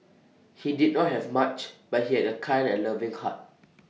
he did not have much but he had A kind and loving heart